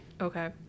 Okay